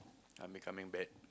I'll be coming back